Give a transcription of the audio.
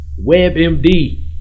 WebMD